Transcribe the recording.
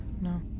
no